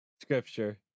Scripture